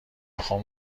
خان